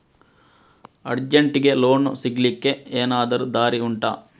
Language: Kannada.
ಅರ್ಜೆಂಟ್ಗೆ ಲೋನ್ ಸಿಗ್ಲಿಕ್ಕೆ ಎನಾದರೂ ದಾರಿ ಉಂಟಾ